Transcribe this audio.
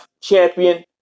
Champion